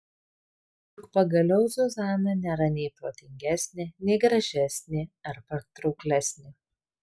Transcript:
juk pagaliau zuzana nėra nei protingesnė nei gražesnė ar patrauklesnė